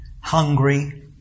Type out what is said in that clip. hungry